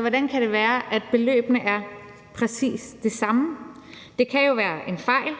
hvordan kan det være, at beløbene er præcis de samme? Det kan jo være en fejl,